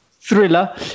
thriller